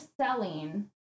selling